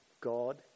God